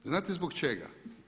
Znate zbog čega?